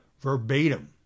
verbatim